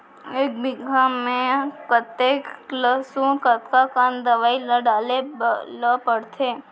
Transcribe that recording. एक बीघा में कतेक लहसुन कतका कन दवई ल डाले ल पड़थे?